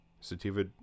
sativa